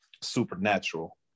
supernatural